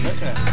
Okay